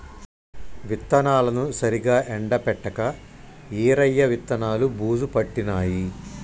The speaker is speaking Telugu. విత్తనాలను సరిగా ఎండపెట్టక ఈరయ్య విత్తనాలు బూజు పట్టినాయి